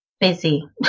Busy